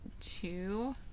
two